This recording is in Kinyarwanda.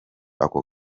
ako